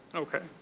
okay.